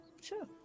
Sure